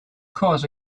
course